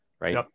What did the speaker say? right